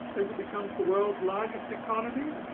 as it becomes the world's largest economy.